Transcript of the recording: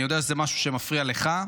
אני יודע שזה משהו שמפריע לך,